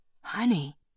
Honey